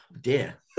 Dear